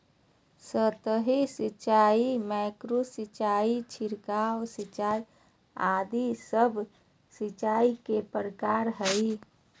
सतही सिंचाई, माइक्रो सिंचाई, छिड़काव सिंचाई आदि सब सिंचाई के प्रकार हय